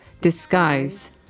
disguise